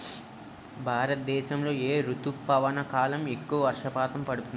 భారతదేశంలో ఏ రుతుపవన కాలం ఎక్కువ వర్షపాతం పొందుతుంది?